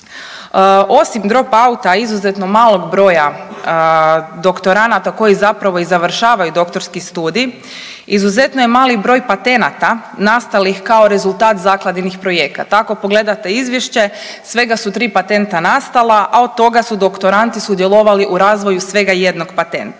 Osim dropouta izuzetno malog broja doktoranata koji zapravo i završavaju doktorski studij, izuzetno je mali broj patenata nastalih kao rezultat zakladinih projekata. Ako pogledate izvješće svega su tri patenta nastala, a od toga su doktoranti sudjelovali u razvoju svega jednog patenta.